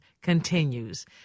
continues